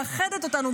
והיא מאחדת אותנו,